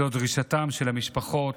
זו דרישתן של המשפחות,